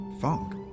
Funk